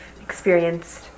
experienced